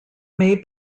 may